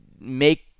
make